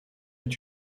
est